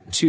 him to awar